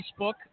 Facebook